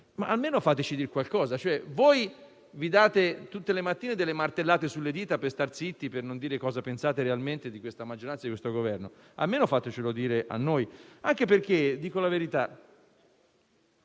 almeno fateci dire qualcosa. Voi vi date tutte le mattine delle martellate sulle dita per stare zitti e per non dire cosa pensate realmente di questa maggioranza e di questo Governo; almeno fatelo dire a noi. Forse vi siete